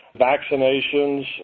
vaccinations